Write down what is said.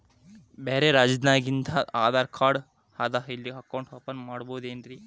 ಬ್ಯಾರೆ ರಾಜ್ಯಾದಾಗಿಂದು ಆಧಾರ್ ಕಾರ್ಡ್ ಅದಾ ಇಲ್ಲಿ ಅಕೌಂಟ್ ಓಪನ್ ಮಾಡಬೋದೇನ್ರಿ?